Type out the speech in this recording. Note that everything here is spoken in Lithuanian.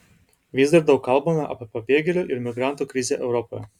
vis dar daug kalbama apie pabėgėlių ir migrantų krizę europoje